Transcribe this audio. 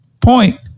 Point